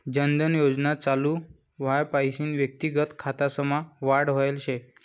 जन धन योजना चालू व्हवापईन व्यक्तिगत खातासमा वाढ व्हयल शे